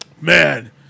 Man